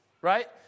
right